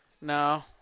No